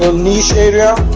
ah niche area